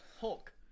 hulk